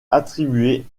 attribué